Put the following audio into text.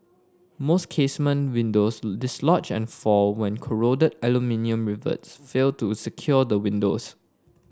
most casement windows dislodge and fall when corroded aluminium rivets fail to secure the windows